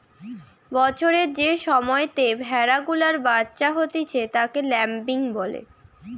বছরের যে সময়তে ভেড়া গুলার বাচ্চা হতিছে তাকে ল্যাম্বিং বলে